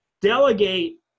delegate